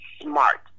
smart